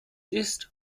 ist